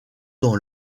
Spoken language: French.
dans